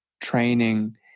training